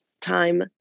time